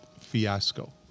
fiasco